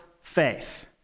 faith